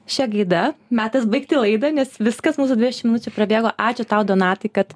šia gaida metas baigti laidą nes viskas mūsų dvidešim minučių prabėgo ačiū tau donatai kad